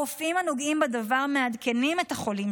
הרופאים הנוגעים בדבר מעדכנים את החולים